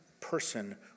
person